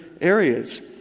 areas